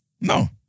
No